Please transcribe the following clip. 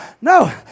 no